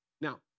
Now